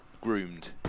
Groomed